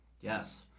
Yes